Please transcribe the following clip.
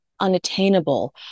unattainable